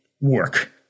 work